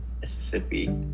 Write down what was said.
mississippi